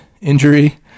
injury